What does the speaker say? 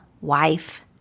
wife